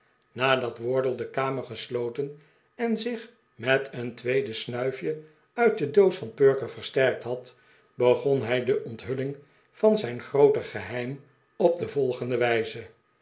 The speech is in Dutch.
nadat wardle de kamer gesloten en zich met een tweede snuifje uit de doos van perker versterkt had begon hij de onthulling van zijn groote geheim op de volgende wijze